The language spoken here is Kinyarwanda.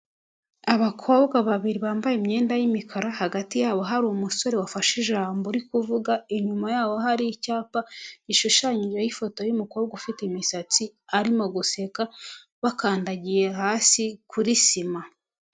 Abakobwa babiri bambaye imyenda y'imikara, hagati yabo hari umusore wafashe ijambo uri kuvuga, inyuma yabo hari icyapa gishushanyijeho ifoto y'umukobwa ufite imisatsi arimo guseka, bakandagiye hasi kuri sima.